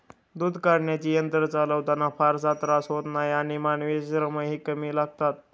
दूध काढण्याचे यंत्र चालवताना फारसा त्रास होत नाही आणि मानवी श्रमही कमी लागतात